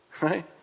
right